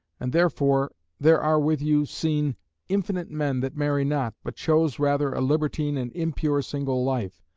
and therefore there are with you seen infinite men that marry not, but chose rather a libertine and impure single life,